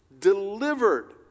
delivered